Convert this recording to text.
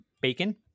bacon